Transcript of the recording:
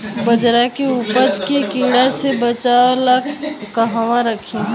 बाजरा के उपज के कीड़ा से बचाव ला कहवा रखीं?